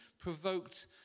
provoked